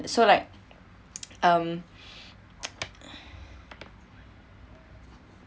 so like um